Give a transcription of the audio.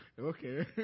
Okay